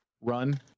run